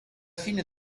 fine